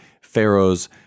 Pharaoh's